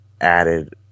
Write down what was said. added